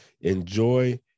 Enjoy